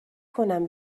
کنم